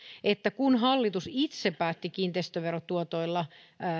että kun hallitus itse päätti kiinteistöverotuotoilla